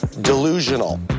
delusional